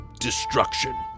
destruction